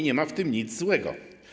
Nie ma w tym nic złego.